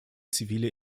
zivile